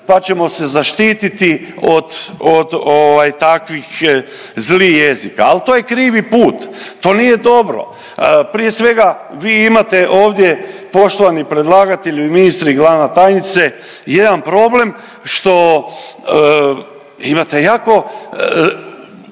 pa ćemo se zaštititi od takvih zlih jezika. Ali to je krivi put. To nije dobro. Prije svega vi imate ovdje poštovani predlagatelju i ministre i glavna tajnice jedan problem što imate jako,